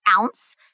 ounce